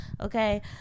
Okay